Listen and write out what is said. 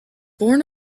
born